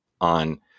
on